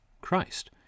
Christ